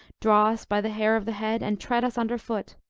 draw us by the hair of the head, and tread us under foot.